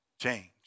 change